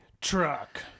truck